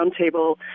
roundtable